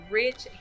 rich